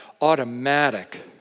automatic